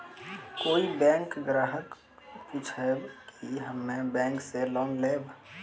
कोई बैंक ग्राहक पुछेब की हम्मे बैंक से लोन लेबऽ?